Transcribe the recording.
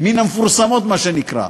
מן המפורסמות, מה שנקרא.